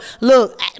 look